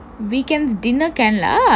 weekends dinner can lah